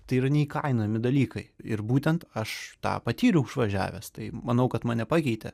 tai yra neįkainojami dalykai ir būtent aš tą patyriau išvažiavęs tai manau kad mane pakeitė